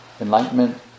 enlightenment